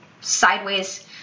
sideways